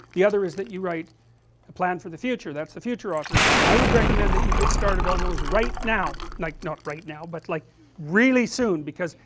the other is that you write a plan for the future, that's the future authoring, i would recommend that you get started on those right now, like, not right now, but like really soon because,